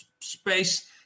space